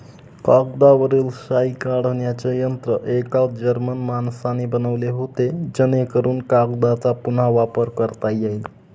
कागदावरील शाई काढण्याचे यंत्र एका जर्मन माणसाने बनवले होते जेणेकरून कागदचा पुन्हा वापर करता येईल